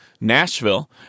Nashville